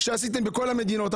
שעשיתם בכול המדינות.